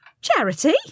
Charity